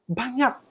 banyak